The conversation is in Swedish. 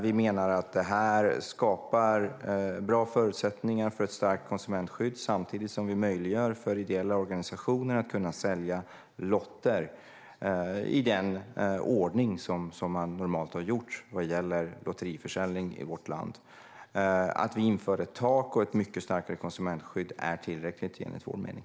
Vi menar att detta skapar bra förutsättningar för ett starkt konsumentskydd samtidigt som vi möjliggör för ideella organisationer att sälja lotter i den ordning som normalt har gällt för lotteriförsäljning i vårt land. Att vi införde ett tak och ett mycket starkare konsumentskydd är tillräckligt, enligt vår mening.